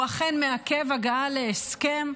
הוא אכן מעכב הגעה להסכם.